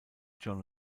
jon